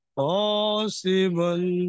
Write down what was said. possible